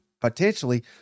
potentially